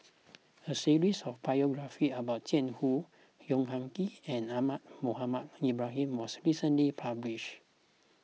a series of biographies about Jiang Hu Yong Ah Kee and Ahmad Mohamed Ibrahim was recently published